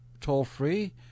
toll-free